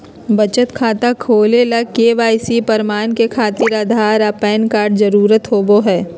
बचत खाता खोले ला के.वाइ.सी प्रमाण के खातिर आधार आ पैन कार्ड के जरुरत होबो हइ